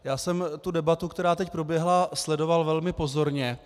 Já jsem debatu, která teď proběhla, sledoval velmi pozorně.